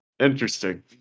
Interesting